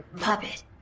Puppet